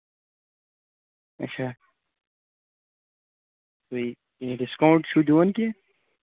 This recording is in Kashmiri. اچھا بیٚیہِ یہِ ڈِسکاونٛٹ چھِو دِوان کیٚنٛہہ